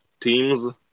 teams